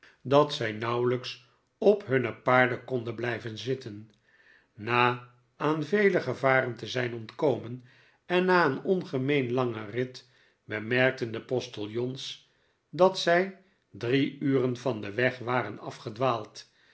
dat zij nauwelijks op hunne paarden konden blijven zitten na aan vele gevaren te zijn ontkomen en na een ongemeen langen rit bemerkten de postiljons dat zij drie uren van den weg waren